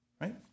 Right